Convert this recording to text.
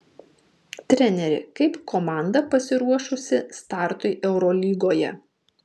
treneri kaip komanda pasiruošusi startui eurolygoje